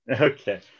Okay